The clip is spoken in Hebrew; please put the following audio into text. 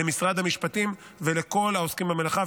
למשרד המשפטים ולכל העוסקים במלאכה,